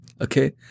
Okay